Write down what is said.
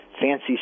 fancy